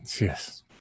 Yes